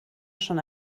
schon